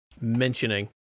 mentioning